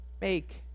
make